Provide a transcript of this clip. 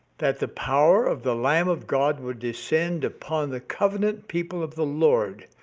that the power of the lamb of god would descend upon the covenant people of the lord,